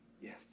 yes